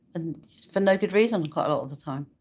and for no good reason, quite a lot of the time.